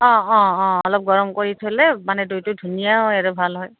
অঁ অঁ অঁ অলপ গৰম কৰি থ'লে মানে দৈটো ধুনীয়া হয় আৰু ভাল হয়